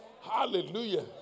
Hallelujah